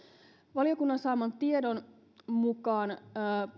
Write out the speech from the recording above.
valiokunnan saaman tiedon mukaan